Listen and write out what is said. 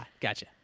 Gotcha